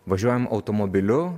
važiuojam automobiliu